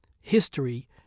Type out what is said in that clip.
history